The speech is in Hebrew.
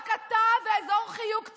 רק אתה ואזור חיוג צהלה,